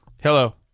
Hello